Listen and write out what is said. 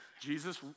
Jesus